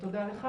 תודה לך,